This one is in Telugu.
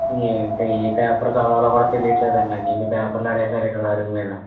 ఏంటో ఏ పేపర్ చదవాలో కూడా తెలియట్లేదండి నాకి ఇన్ని పేపర్లు పడేశారు ఇక్కడ అరుగు మీద